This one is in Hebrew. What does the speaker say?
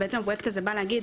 בעצם הפרויקט הזה בא להגיד,